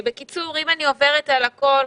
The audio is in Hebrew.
אני עוברת על הכול,